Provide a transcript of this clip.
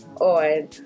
on